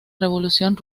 revolución